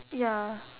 ya